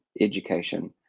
education